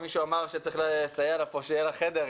מישהו אמר שצריך לסייע לה פה שיהיה לה חדר,